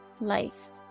life